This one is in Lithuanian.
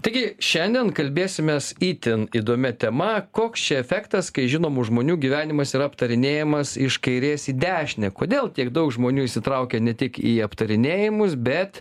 taigi šiandien kalbėsimės itin įdomia tema koks čia efektas kai žinomų žmonių gyvenimas yra aptarinėjamas iš kairės į dešinę kodėl tiek daug žmonių įsitraukia ne tik į aptarinėjimus bet